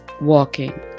walking